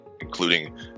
including